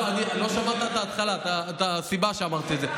לא שמעת את ההתחלה ואת הסיבה שאמרתי את זה.